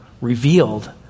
revealed